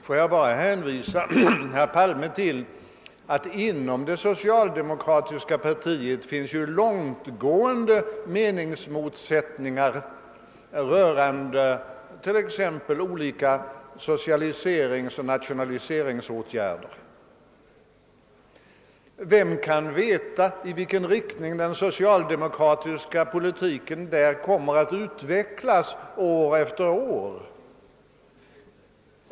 Får jag bara hänvisa herr Palme till att det inom det socialdemokratiska partiet finns långtgående meningsmotsättningar rörande t.ex. olika socialiseringsoch = nationaliseringsåtgärder. Vem kan veta i vilken riktning den socialdemokratiska politiken kommer att utvecklas på den punkten år från år?